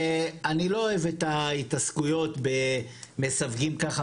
אני לא אוהב את ההתעסקויות במסווגים ככה,